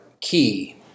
key